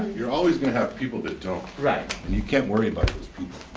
you're always going to have people that don't. right. and you can't worry about those people.